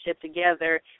together